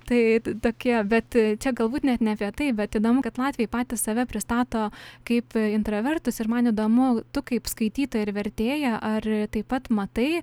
tai tokie bet čia galbūt net ne apie tai bet įdomu kad latviai patys save pristato kaip intravertus ir man įdomu tu kaip skaitytoja ir vertėja ar taip pat matai